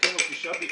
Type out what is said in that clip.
תקן אותי שבי,